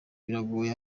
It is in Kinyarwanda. biragoye